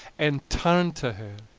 and turned to her.